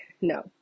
no